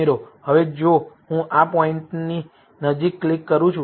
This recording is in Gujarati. હવે જો હું આ પોઇન્ટની નજીક ક્લિક કરું છું